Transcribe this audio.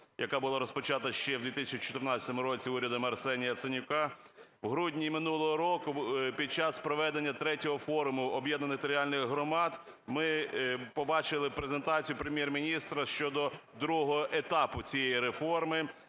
яка була розпочата ще в 2014 році урядом Арсенія Яценюка. У грудні минулого року під час проведення ІІІ форуму об'єднаних територіальних громад, ми побачили презентацію Прем'єр-міністра щодо другого етапу цієї реформи,